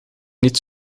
niet